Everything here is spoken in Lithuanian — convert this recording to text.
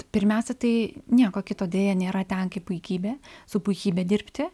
pirmiausia tai nieko kito deja nėra ten kaip puikybė su puikybe dirbti